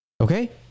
okay